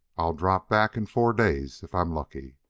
i'll drop back in four days if i'm lucky.